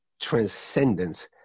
transcendence